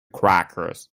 crackers